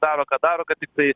daro ką daro kad tiktai